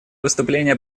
выступления